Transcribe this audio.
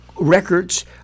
records